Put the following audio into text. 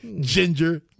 Ginger